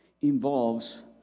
involves